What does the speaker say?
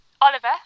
Oliver